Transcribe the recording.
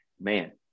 man